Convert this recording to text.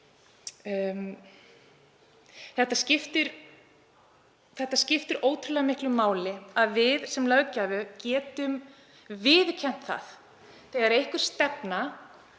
Það skiptir ótrúlega miklu máli að við sem löggjafi getum viðurkennt það þegar stefna